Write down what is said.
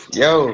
yo